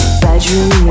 bedroom